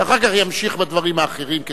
ואחר כך ימשיך בדברים האחרים.